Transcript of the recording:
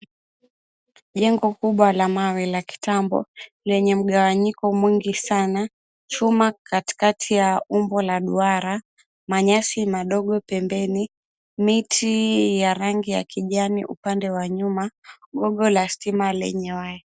Jengo kubwa la mawe la kitambo lenye mgawanyiko mwingi sana, chuma katikati ya umbo la duara, manyasi madogo pembeni, miti ya rangi ya kijani upande wa nyuma, gogo la stima lenye waya.